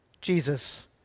Jesus